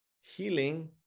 healing